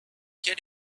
can